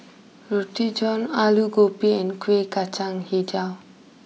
Roti John Aloo Gobi and Kuih Kacang Hijau